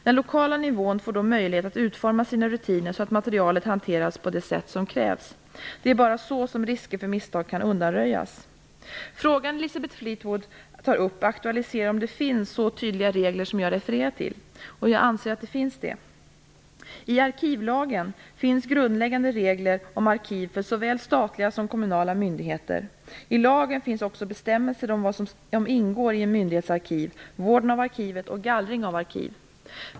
Den lokala nivån får då möjlighet att utforma sina rutiner så att materialet hanteras på det sätt som krävs. Det är bara så risker för misstag kan undanröjas. Den fråga som Elisabeth Fleetwood tar upp aktualiserar om det finns så tydliga regler som jag refererar till. Jag anser att det finns det. I arkivlagen finns grundläggande regler om arkiv för såväl statliga som kommunala myndigheter. I lagen finns också bestämmelser om vad som ingår i en myndighets arkiv, vården av arkivet och gallring av arkiv.